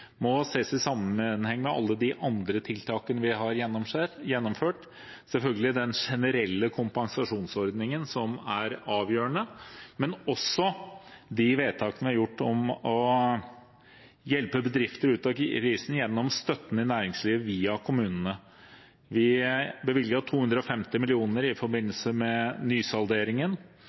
må ses i sammenheng med alle de andre tiltakene vi har gjennomført, selvfølgelig den generelle kompensasjonsordningen, som er avgjørende, men også de vedtakene vi har gjort om å hjelpe bedrifter ut av krisen gjennom støtten til næringslivet via kommunene. Vi bevilget 250 mill. kr i forbindelse med nysalderingen,